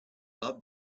love